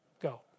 Go